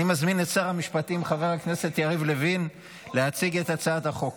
אני מזמין את שר המשפטים חבר הכנסת יריב לוין להציג את הצעת החוק.